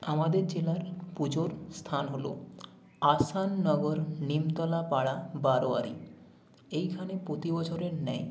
আমাদের জেলার পুজোর স্থান হলো আসাননগর নিমতলা পাড়া বারোয়ারি এইখানে প্রতি বছরের ন্যায়